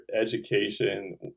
education